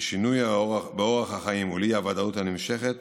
לשינוי באורח החיים ולאי-ודאות הנמשכת